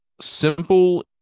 simple